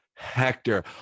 Hector